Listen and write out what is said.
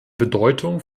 bedeutung